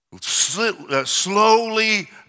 Slowly